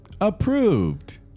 approved